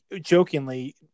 jokingly